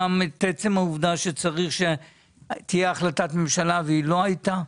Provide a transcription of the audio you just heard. עצם העובדה שהיה צריך שתהיה החלטת ממשלה ולא הייתה?